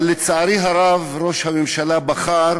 אבל לצערי הרב, ראש הממשלה בחר